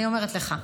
אני אומרת לך,